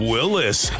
Willis